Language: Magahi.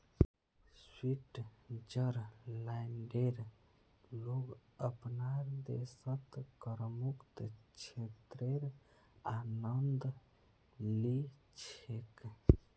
स्विट्जरलैंडेर लोग अपनार देशत करमुक्त क्षेत्रेर आनंद ली छेक